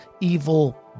evil